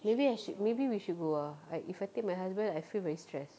maybe I should maybe we should go uh I if I take my husband I feel very stress